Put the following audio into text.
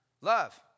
Love